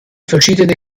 verschiedene